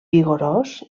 vigorós